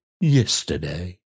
yesterday